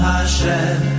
Hashem